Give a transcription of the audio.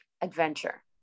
adventure